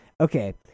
okay